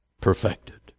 perfected